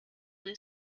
blue